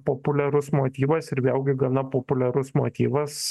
populiarus motyvas ir vėlgi gana populiarus motyvas